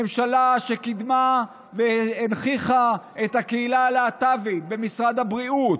ממשלה שקידמה והנכיחה את הקהילה הלהט"בית במשרד הבריאות,